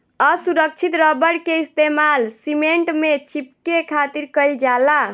असुरक्षित रबड़ के इस्तेमाल सीमेंट में चिपके खातिर कईल जाला